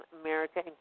America